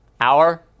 hour